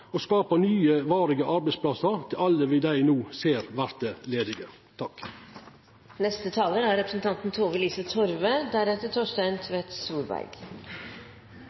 skapa nye varige arbeidsplassar til alle dei me no ser vert arbeidslause. Norge er